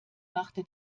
machte